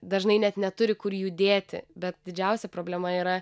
dažnai net neturi kur jų dėti bet didžiausia problema yra